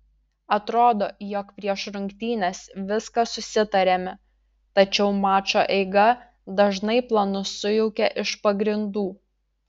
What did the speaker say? atrodo jog prieš rungtynes viską susitariame tačiau mačo eiga dažnai planus sujaukia iš pagrindų